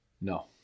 no